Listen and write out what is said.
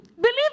Believe